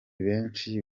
benshi